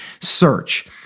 search